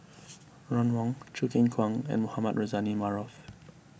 Ron Wong Choo Keng Kwang and Mohamed Rozani Maarof